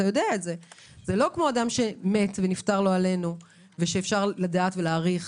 זה לא כמו אדם שנפטר לא עלינו ואפשר לדעת ולהעריך